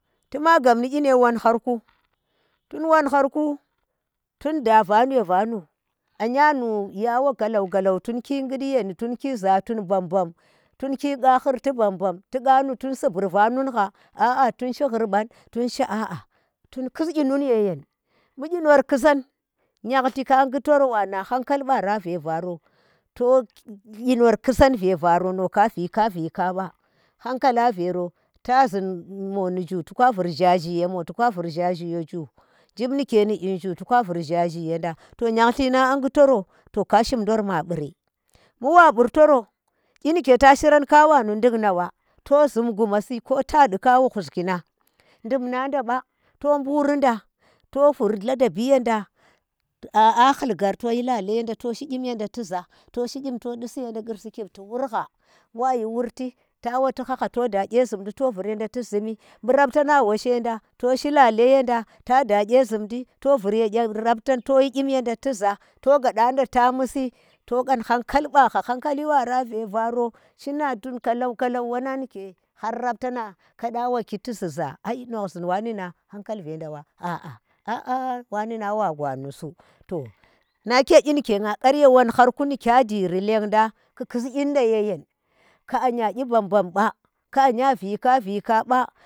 Tuma gab ni kyine wonharku, tun wonharku, tunda vanu ye vanu anya nu yawo galau galau tun ki ghud yen tun ki za tun bambam tunki qa hurti bambam tu qanu tuu subur vanun gha aa, tun shi hurban a a tun kus kyinonu yeyen bu kyinor kusa yakllir ka ghutor wana hankali ba ra ve varo to kinar kusan ve varo no ka vika vika ba hanka la vero ta zun moh nu zhu to ka vur jhaji ya mo toka vur jahji ye zhu jim nike nikyin moh nu zhu toka vur jhahi yenda to nhyallir nang a gutoro to ka shimdor ma ɓuri mbu wa ɓurtoro kyi nike ta shiran kawanu ndukna wa to zum guma si ko tadi kawu huski nang dumna nda ba, to bu rinda to vur la dabi yenda a a hul ghar toyi lale yenda toyi gyin yenda ti za to shi gym to disi yeda gursi kib tu wurha bu wayi wurti tawa ti haha to da kye zhumdi to vur yenda ti zumi ɓu raptana wa shenda toshi lale yenda tada kye zhumadi to vur ye raptan toyi kyim yenda tiza to gadanda ta musi to ghan hankal ba ha hankali bara ve vero, shina tun kalau kalau wannag ngye har raftana kada waki tiziza ai noghzhi wane nang hankal nje veda wa a a a wane nang wa gwa nusu to nake kyi ndike nga kar ye wonhar ku nikye jiri leadang, ku kus kyin da yeyen ki anya kyi ban bamba ke anya vika vika, ba.